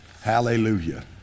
hallelujah